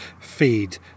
feed